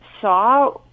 saw